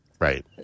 right